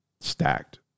stacked